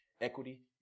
Equity